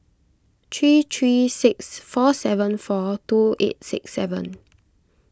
three three six four seven four two eight six seven